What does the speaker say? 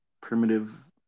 primitive